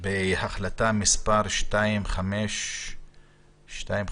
בהחלטה מס' 2579